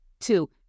Two